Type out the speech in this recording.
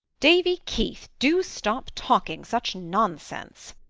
davy keith, do stop talking such nonsense,